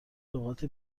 لغات